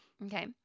Okay